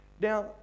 Now